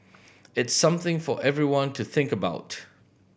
it's something for everyone to think about